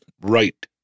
right